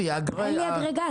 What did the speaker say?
המסגרות,